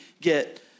get